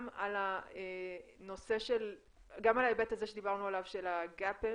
על ההיבט הזה שדיברנו עליו של "גאפל",